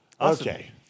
Okay